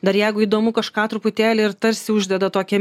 dar jeigu įdomu kažką truputėlį ir tarsi uždeda tokią